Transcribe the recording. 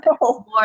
more